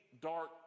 dark